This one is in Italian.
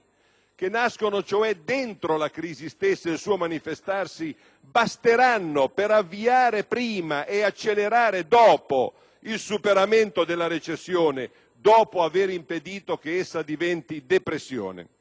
che nascono cioè dentro la crisi stessa e il suo manifestarsi, basteranno per avviare prima e accelerare dopo il superamento della recessione, dopo aver impedito che essa diventi depressione?